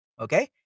Okay